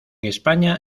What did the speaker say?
españa